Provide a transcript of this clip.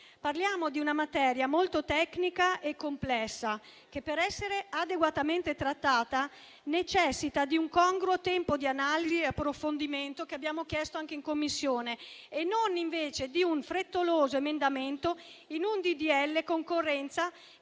Parliamo di una materia molto tecnica e complessa che, per essere adeguatamente trattata, necessita di un congruo tempo di analisi e approfondimento, che abbiamo chiesto anche in Commissione. E non necessita di un frettoloso emendamento in un disegno